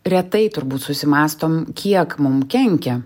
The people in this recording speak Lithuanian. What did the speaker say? retai turbūt susimąstom kiek mum kenkia